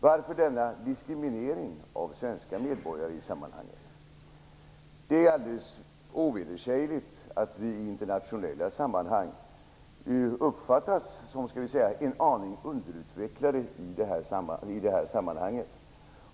Varför denna diskriminering av svenska medborgare? Det är alldeles ovedersägligt att vi internationellt sett uppfattas som en aning underutvecklade i detta sammanhang.